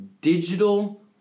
Digital